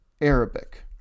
Arabic